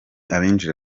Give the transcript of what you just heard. abinjira